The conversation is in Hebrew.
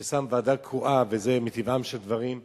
שם ועדה קרואה, וזה מטבעם של דברים,